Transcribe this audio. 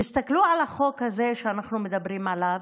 תסתכלו על החוק הזה, שאנחנו מדברים עליו,